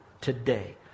today